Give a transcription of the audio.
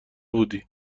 بودی